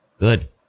good